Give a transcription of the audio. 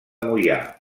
moià